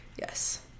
Yes